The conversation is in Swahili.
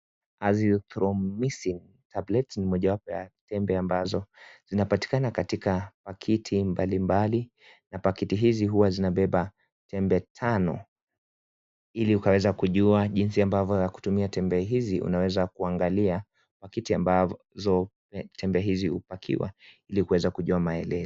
Azithromycin tablets ni mojawapo ya tembe ambazo zinapatikana katika pakiti mbalimbali na pakiti hizi huwa zinabeba tembe tano . Ili ukaweza kujua jinsi ambavyo ya kutumia tembe hizi unaweza angalia pakiti ambazo tembe hizi hupackiwa ili ukaweza kujua maelezo.